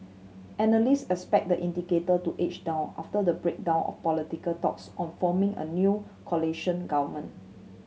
analyst expect the indicator to edge down after the breakdown of political talks on forming a new coalition government